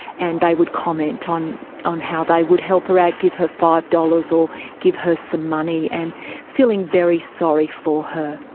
and they would comment on on how they would help her out, give her five dollars or give her some money, and feeling very sorry for her.